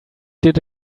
did